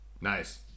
Nice